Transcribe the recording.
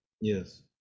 yes